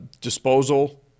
disposal